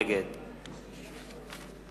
נגד